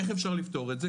איך אפשר לפתור את זה?